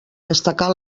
destacar